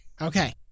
Okay